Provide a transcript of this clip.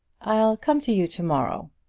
i'll come to you to-morrow.